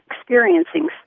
experiencing